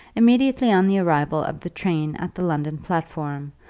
immediately on the arrival of the train at the london platform,